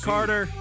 Carter